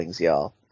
y'all